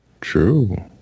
True